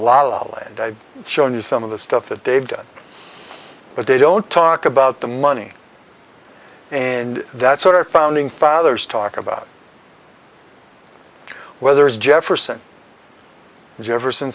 la la land i've shown you some of the stuff that they've done but they don't talk about the money and that's what our founding fathers talk about whether it's jefferson jefferson